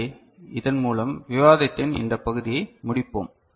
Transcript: எனவே இதன் மூலம் விவாதத்தின் இந்த பகுதியை முடிப்போம்